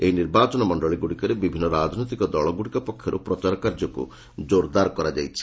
ଏହି ନିର୍ବାଚନମଣ୍ଡଳୀ ଗୁଡ଼ିକରେ ବିଭିନ୍ନ ରାଜନୈତିକ ଦଳଗୁଡ଼ିକର ପକ୍ଷରୁ ପ୍ରଚାର କାର୍ଯ୍ୟକୁ ଜୋର୍ଦାର କରାଯାଇଛି